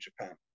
Japan